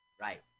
right